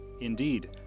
Indeed